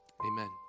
Amen